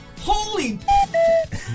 holy